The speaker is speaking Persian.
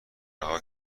رها